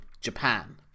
japan